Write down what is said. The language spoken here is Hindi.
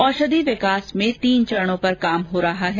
औषधि विकास में तीन चरणों पर काम हो रहा है